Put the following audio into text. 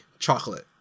chocolate